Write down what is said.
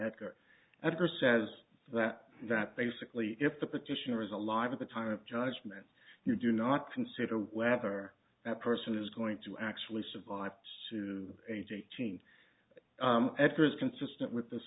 matter of her says that that basically if the petitioner is alive at the time of judgment you do not consider whether that person is going to actually survive to age eighteen after is consistent with this